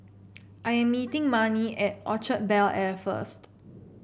I'm meeting Marnie at Orchard Bel Air first